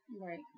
Right